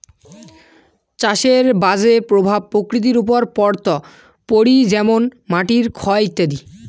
চাষের বাজে প্রভাব প্রকৃতির ওপর পড়ত পারি যেমন মাটির ক্ষয় ইত্যাদি